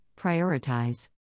prioritize